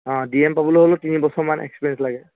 অঁ D M পাবলৈ হ'লেও তিনিবছৰমান এক্সপেৰিেঞ্চ লাগে